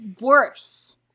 worse